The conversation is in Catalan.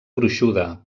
gruixuda